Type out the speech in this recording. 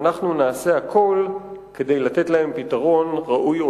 ואנחנו נעשה הכול כדי לתת להם פתרון ראוי,